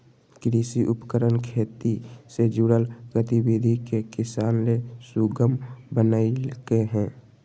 कृषि उपकरण खेती से जुड़ल गतिविधि के किसान ले सुगम बनइलके हें